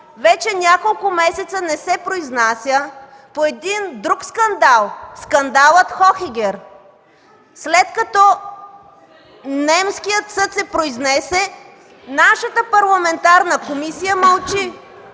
вече няколко месеца не се произнася по един друг скандал – скандала Хохегер? След като немският съд се произнесе, нашата парламентарна комисия мълчи!